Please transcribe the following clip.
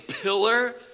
pillar